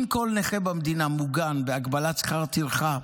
אם כל נכה במדינה מוגן בהגבלת שכר טרחה,